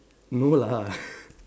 no lah